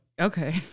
Okay